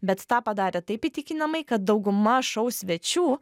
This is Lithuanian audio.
bet tą padarė taip įtikinamai kad dauguma šou svečių